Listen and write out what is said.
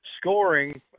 scoring